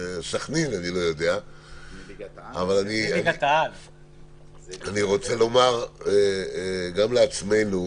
סחנין אני לא יודע...אני רוצה לומר גם לעצמנו,